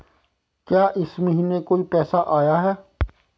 क्या इस महीने कोई पैसा आया है?